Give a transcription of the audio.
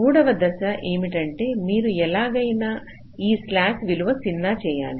మూడవ దశ ఏమిటంటే మీరు ఎలాగైనా ఈ స్లాక్ విలువను 0 చేయాలి